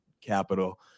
capital